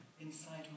inside